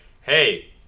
hey